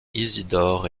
isidore